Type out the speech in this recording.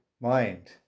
mind